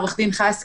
עורך דין חסקי,